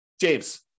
James